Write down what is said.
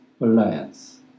alliance